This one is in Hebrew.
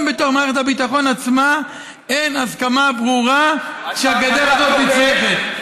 גם בתוך מערכת הביטחון עצמה אין הסכמה ברורה שהגדר הזאת נצרכת,